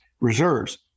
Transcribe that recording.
reserves